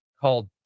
called